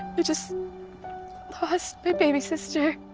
i just lost my baby sister.